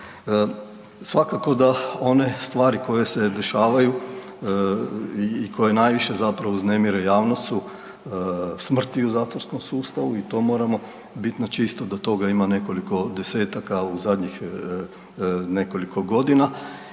Svakako da one stvari koje se dešavaju i koje najviše zapravo uznemire javnost su smrti u zatvorskom sustavu i to moramo biti na čisto da toga ima nekoliko desetaka u zadnjih nekoliko godina,